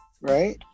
right